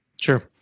Sure